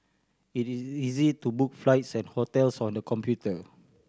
it is easy to book flights and hotels on the computer